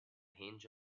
hinge